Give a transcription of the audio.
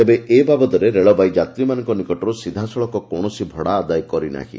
ତେବେ ଏ ବାବଦରେ ରେଳବାଇ ଯାତ୍ରୀମାନଙ୍କ ନିକଟରୁ ସିଧାସଳଖ କୌଣସି ଭଡ଼ା ଆଦାୟ କରିନାହିଁ